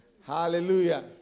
Hallelujah